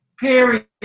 period